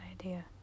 idea